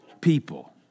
people